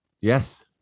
Yes